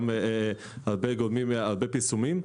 הרבה גורמים והרבה פרסומים,